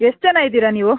ಎಷ್ಟು ಜನ ಇದ್ದೀರ ನೀವು